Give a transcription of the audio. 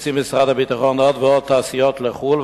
מוציא משרד הביטחון עוד ועוד תעשיות לחוץ-לארץ,